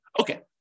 Okay